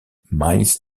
miles